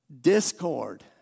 Discord